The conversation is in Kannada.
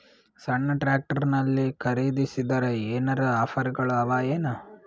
ಸಣ್ಣ ಟ್ರ್ಯಾಕ್ಟರ್ನಲ್ಲಿನ ಖರದಿಸಿದರ ಏನರ ಆಫರ್ ಗಳು ಅವಾಯೇನು?